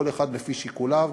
כל אחד לפי שיקוליו.